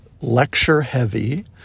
lecture-heavy